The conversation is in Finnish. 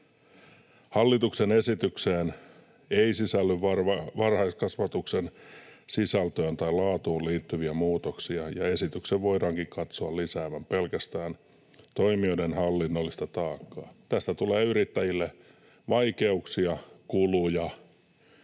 ”Hallituksen esitykseen ei sisälly varhaiskasvatuksen sisältöön tai laatuun liittyviä muutoksia, ja esityksen voidaankin katsoa lisäävän pelkästään toimijoiden hallinnollista taakkaa.” Tästä tulee yrittäjille vaikeuksia, kuluja.